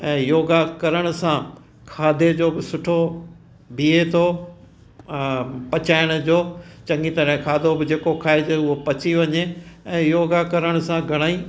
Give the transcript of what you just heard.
ऐं योगा करण सां खाधे जो बि सुठो बीहे थो पचाइण जो चङी तरह खाधो बि जेको खाइजे उहा पची वञे ऐं योगा करण सां घणेई